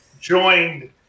joined